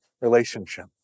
relationship